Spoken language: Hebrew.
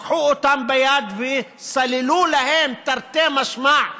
לקחו אותם ביד וסללו להם, תרתי משמע,